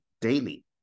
daily